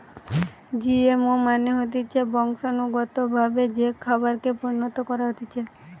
GMO মানে হতিছে বংশানুগতভাবে যে খাবারকে পরিণত করা হতিছে